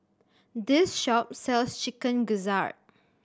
this shop sells Chicken Gizzard